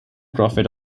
profit